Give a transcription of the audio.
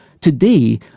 Today